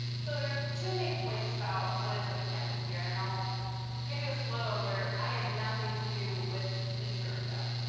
so there are two main points about what it took to get me here, and i'll give you a spoiler alert, i had nothing to do with either of them.